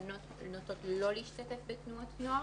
בנות נוטות לא להשתתף בתנועות נוער.